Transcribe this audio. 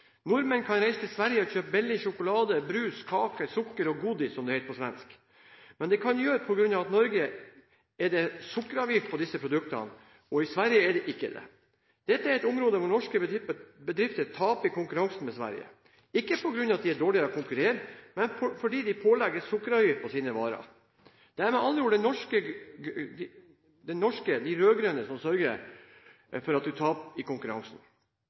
Nordmenn kan reise til Sverige og kjøpe billig sjokolade og brus, billige kaker og billig sukker og «godis», som det heter på svensk. Det kan de gjøre på grunn av at det i Norge er sukkeravgift på disse produktene, og at det i Sverige ikke er det. Dette er et område hvor norske bedrifter taper i konkurransen med Sverige, ikke på grunn av at de er dårligere til å konkurrere, men fordi de pålegges sukkeravgift på sine varer. Det er med andre ord de norske rød-grønne som sørger for at de taper i konkurransen.